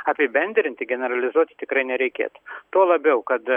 apibendrinti generalizuoti tikrai nereikėtų tuo labiau kad